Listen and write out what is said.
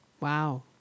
Wow